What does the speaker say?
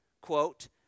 quote